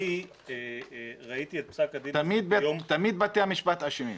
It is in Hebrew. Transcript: אני ראיתי את פסק הדין ביום --- תמיד בתי המשפט אשמים,